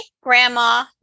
Grandma